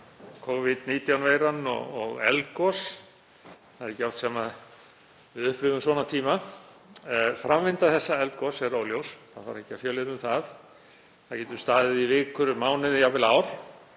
Covid-19 veiran og eldgos. Það er ekki oft sem við upplifum svona tíma. Framvinda þessa eldgoss er óljós, það þarf ekki að fjölyrða um það. Það getur staðið í vikur, mánuði, jafnvel ár.